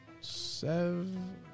seven